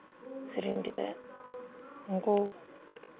ᱥᱮᱨᱮᱧ ᱠᱟᱛᱮᱫ ᱩᱱᱠᱩ